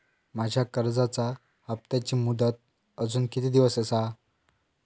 माझ्या कर्जाचा हप्ताची मुदत अजून किती दिवस असा?